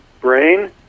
brain